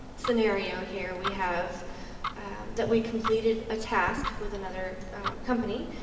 scenario here we have that we completed a task with another company,